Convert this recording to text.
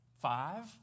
five